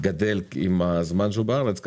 גדל עם הזמן שהוא בארץ,